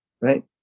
Right